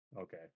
Okay